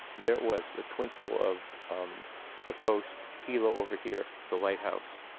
and there it was, the twinkle of um the coast, hilo over here, the lighthouse.